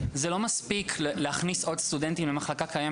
לא מספיק להכניס עוד סטודנטים למחלקה קיימת,